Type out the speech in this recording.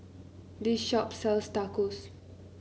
this shop sells Tacos